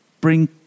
bring